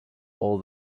all